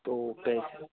तो